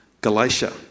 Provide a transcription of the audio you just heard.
Galatia